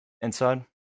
Inside